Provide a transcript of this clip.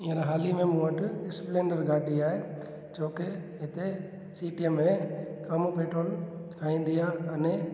हींअर हाली में मूं वटि स्पेलंडर गाॾी आहे जोके हिते सिटीअ में कम पेट्रोल खाईंदी आहे अने